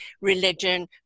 religion